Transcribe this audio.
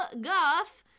goth